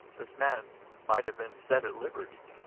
this man might have been set at liberty,